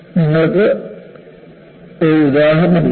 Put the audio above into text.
നിങ്ങൾക്ക് ഒരു ഉദാഹരണമുണ്ട്